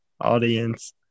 audience